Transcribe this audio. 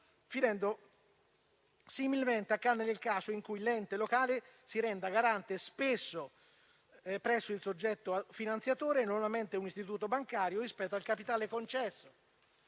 finendo similmente nel caso in cui l'ente locale si renda garante presso il soggetto finanziatore, normalmente un istituto bancario, rispetto al concesso